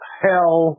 hell